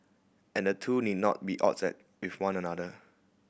and the two need not be odds at with one another